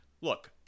look